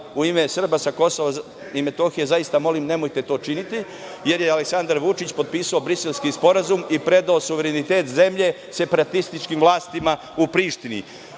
U ime Srba sa Kosova i Metohije, ja vas zaista molim, nemojte to činiti, jer je Aleksandar Vučić potpisao Briselski sporazum i predao suverenitet zemlje separatističkim vlastima u Prištini.